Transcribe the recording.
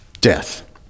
death